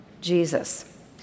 Jesus